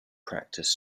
practice